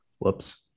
Whoops